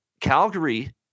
Calgary